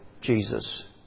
Jesus